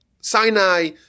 Sinai